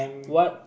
what